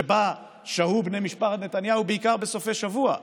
שבני משפחת נתניהו שהו בו בעיקר בסופי שבוע: